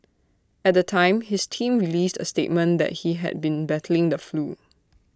at the time his team released A statement that he had been battling the flu